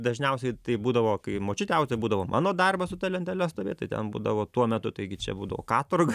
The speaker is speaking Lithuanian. dažniausiai tai būdavo kai močiutė audė būdavo mano darbas su ta lentele stovėt tai ten būdavo tuo metu taigi čia būdavo katorga